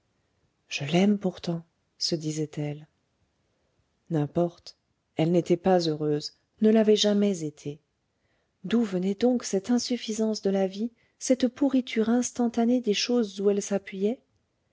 je l'aime pourtant se disait-elle n'importe elle n'était pas heureuse ne l'avait jamais été d'où venait donc cette insuffisance de la vie cette pourriture instantanée des choses où elle s'appuyait